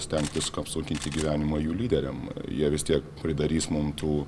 stengtis apsunkinti gyvenimą jų lyderiam jie vis tiek pridarys mum tų